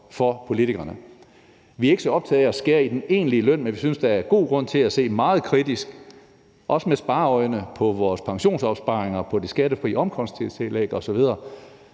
for politikerne. Vi er ikke så optaget af at skære i den egentlige løn, men vi synes, der er god grund til at se meget kritisk, også med spareøjne, på vores pensionsopsparinger, på det skattefri omkostningstillæg osv.